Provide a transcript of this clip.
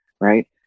Right